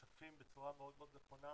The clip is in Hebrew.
משקפים בצורה מאוד מאוד נכונה